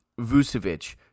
Vucevic